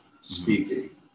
speaking